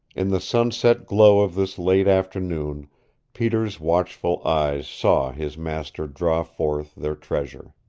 in the sunset glow of this late afternoon peter's watchful eyes saw his master draw forth their treasure.